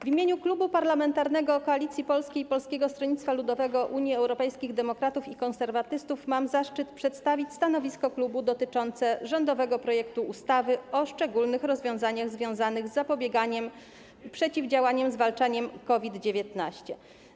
W imieniu Klubu Parlamentarnego Koalicja Polska - Polskie Stronnictwo Ludowe - Unia Europejskich Demokratów, Konserwatyści mam zaszczyt przedstawić stanowisko klubu dotyczące rządowego projektu ustawy o szczególnych rozwiązaniach związanych z zapobieganiem, przeciwdziałaniem i zwalczaniem COVID-19.